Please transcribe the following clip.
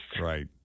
Right